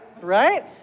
right